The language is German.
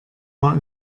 war